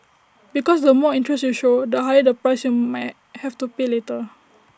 because the more interest you show the higher the price you may have to pay later